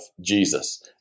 Jesus